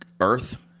Earth